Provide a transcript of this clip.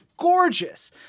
Gorgeous